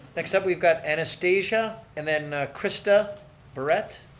next up, we've got anastasia, and then christa barette.